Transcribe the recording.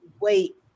wait